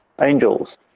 angels